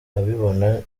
abibona